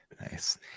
Nice